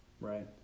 right